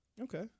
Okay